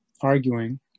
arguing